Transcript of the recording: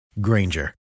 Granger